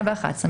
111,